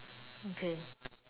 okay